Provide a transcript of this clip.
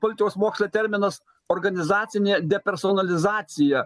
politikos moksle terminas organizacinė depersonalizacija